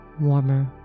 warmer